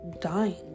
Dying